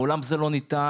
מעולם זה לא נטען,